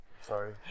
Sorry